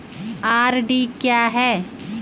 RD क्या है?